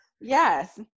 yes